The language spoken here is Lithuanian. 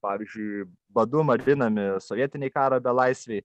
pavyzdžiui badu marinami sovietiniai karo belaisviai